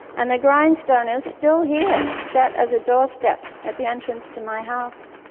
and the grindstone is still here, set as a doorstep at the entrance to my house.